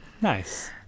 Nice